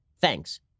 Thanks